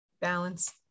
balance